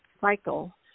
cycle